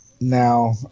now